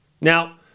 Now